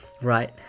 right